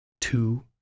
two